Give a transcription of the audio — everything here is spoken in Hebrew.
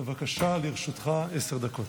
בבקשה, לרשותך עשר דקות.